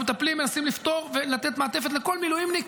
אותו הדבר אצל המילואימניקים,